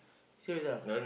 serious ah